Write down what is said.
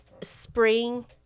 spring